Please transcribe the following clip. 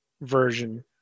version